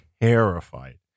terrified